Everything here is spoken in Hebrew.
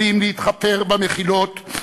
יכולים להתחפר במחילות,